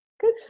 good